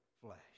flesh